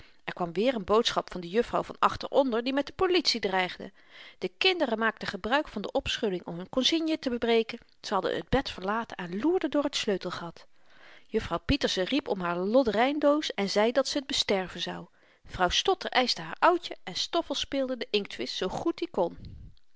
er kwam weer n boodschap van de juffrouw van achter onder die met de politie dreigde de kinderen maakten gebruik van de opschudding om hun konsigne te breken ze hadden t bed verlaten en loerden door t sleutelgat juffrouw pieterse riep om haar lodderyndoos en zei dat ze t besterven zou vrouw stotter eischte haar oudje en stoffel speelde den inktvisch zoo goed i kon